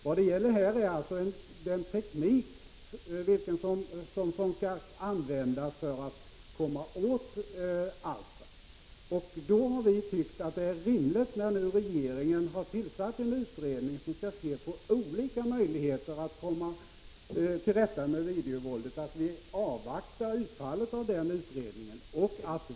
Frågan gäller alltså vilken teknik man skall använda för att komma åt alstren. När regeringen nu har tillsatt en utredning som skall se på olika möjligheter att komma till rätta med videovåldet är det rimligt att avvakta utfallet av denna utredning.